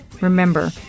remember